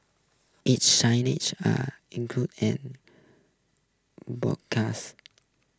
its are include and broadcast